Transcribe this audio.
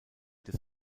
des